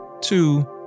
Two